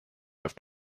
have